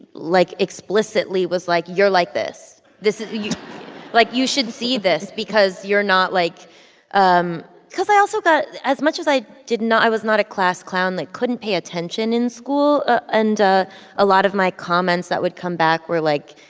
like, explicitly was like, you're like this. this like, you should see this because you're not like um because i also got as much as i did not i was not a class clown, i couldn't pay attention in school. and a lot of my comments that would come back were like,